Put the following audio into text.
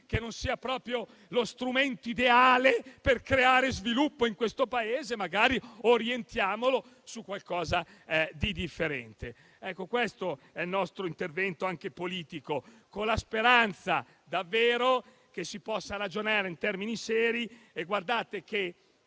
che non sia proprio lo strumento ideale per creare sviluppo in questo Paese; magari orientiamoci su qualcosa di differente. Questo è il nostro intervento dal punto di vista politico, con la speranza davvero che si possa ragionare in termini seri. Mi avvio